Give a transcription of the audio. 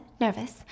nervous